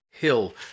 Hill